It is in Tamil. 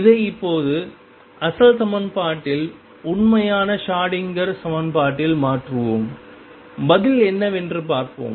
இதை இப்போது அசல் சமன்பாட்டில் உண்மையான ஷ்ரோடிங்கர் சமன்பாட்டில் மாற்றுவோம் பதில் என்னவென்று பார்ப்போம்